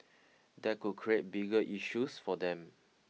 that could create bigger issues for them